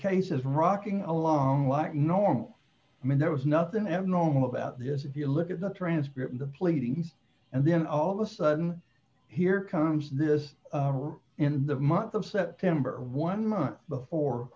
case is rocking along like normal i mean there was nothing abnormal about this if you look at the transcript in the pleadings and then all of a sudden here comes this in the month of september one month before